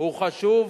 הוא חשוב,